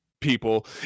people